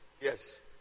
Yes